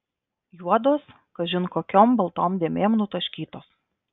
juodos kažin kokiom baltom dėmėm nutaškytos